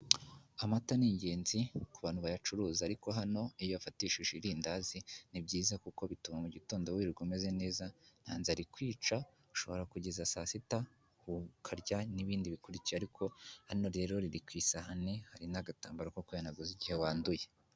Amata ni ingenzi ku bantu bayacuruza, ariko hano iyo uyafatishije irindazi ni byiza kuko bituma mu gitondo wirwa umeze neza. Ntazara kwica, ushobora kugeza saa sita ukarya n'ibindi bikurikira. Ariko hano rero riri ku isahani, hari n'agatambaro ko kwihanaguza igihe wanduye.